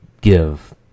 give